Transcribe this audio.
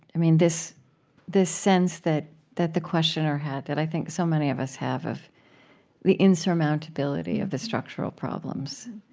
i mean, this this sense that that the questioner had, that i think so many of us have, of the insurmountability of the structural problems.